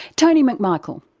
tony mcmichael?